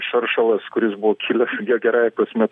šaršalas kuris buvo kilęs gerąja prasme